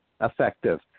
effective